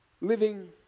living